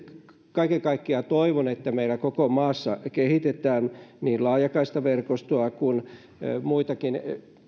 kaiken kaikkiaan toivon että meillä koko maassa kehitetään niin laajakaistaverkostoa kuin muitakin